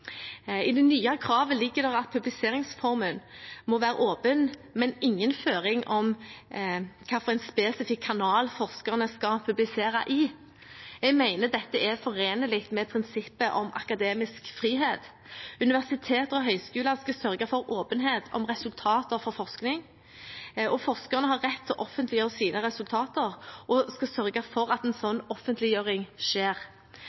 I det nye kravet ligger det at publiseringsformen må være åpen, men det er ingen føring om hvilken spesifikk kanal forskerne skal publisere i. Jeg mener dette er forenlig med prinsippet om akademisk frihet. Universiteter og høyskoler skal sørge for åpenhet om resultater fra forskning, og forskerne har rett til å offentliggjøre resultatene sine og skal sørge for at slik offentliggjøring skjer.